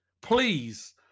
please